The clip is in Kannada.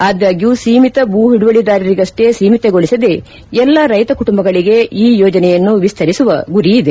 ಆದ್ಗಾಗ್ಯೂ ಸೀಮಿತ ಭೂಹಿಡುವಳಿದಾರರಿಗಷ್ಟೇ ಸೀಮಿತಗೊಳಿಸದೇ ಎಲ್ಲಾ ರೈತಕುಟುಂಬಗಳಿಗೆ ಈ ಯೋಜನೆಯನ್ನು ವಿಸ್ತರಿಸುವ ಗುರಿಯಿದೆ